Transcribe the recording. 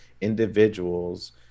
individuals